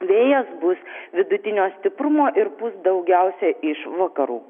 vėjas bus vidutinio stiprumo ir pūd daugiausia iš vakarų